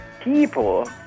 people